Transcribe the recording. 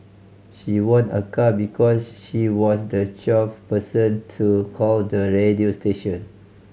she won a car because she was the twelfth person to call the radio station